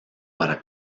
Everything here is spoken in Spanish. para